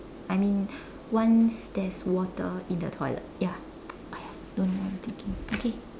I mean once there's water in the toilet ya !aiya! don't know what I'm thinking okay